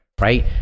Right